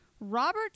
Robert